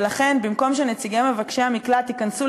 ולכן במקום שנציגי מבקשי המקלט ייכנסו